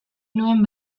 nuen